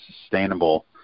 sustainable